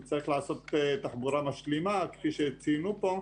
נצטרך לעשות תחבורה משלימה כפי שציינו פה,